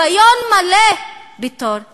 שוויון מלא בתור ויתור.